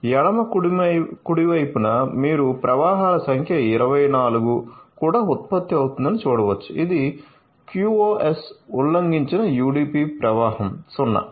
ఎడమ కుడి వైపున మీరు ప్రవాహాల సంఖ్య 24 కూడా ఉత్పత్తి అవుతుందని చూడవచ్చు ఇది QoS ఉల్లంఘించిన UDP ప్రవాహం 0